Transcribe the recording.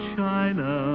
China